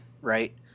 right